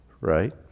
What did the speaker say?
right